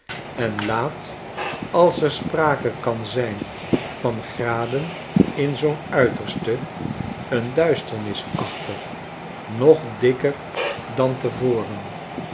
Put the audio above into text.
en laat als er sprake kan zijn van graden in zoo'n uiterste een duisternis achter nog dikker dan te voren